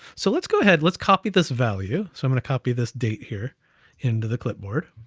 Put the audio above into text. so let's go ahead, let's copy this value. so i'm gonna copy this date here into the clipboard,